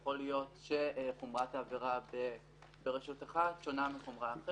יכול להיות שחומרת העבירה ברשות אחת שונה מרשות אחרת.